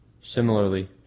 Similarly